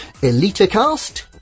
Elitacast